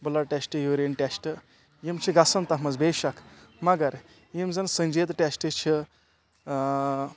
blood test urine test یِم چھِ گَژھان تَتھ منٛز بے شَک مگر یِم زَن سٔنجیٖدٕ ٹٮ۪سٹ چھِ